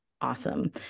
awesome